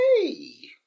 Hey